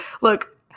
Look